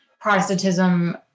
Protestantism